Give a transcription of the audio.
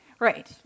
Right